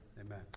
Amen